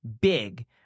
big